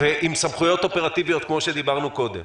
ועם סמכויות אופרטיביות, כמו שדיברנו קודם.